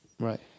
Right